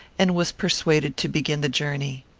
and was persuaded to begin the journey.